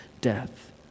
death